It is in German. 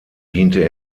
diente